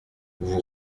vous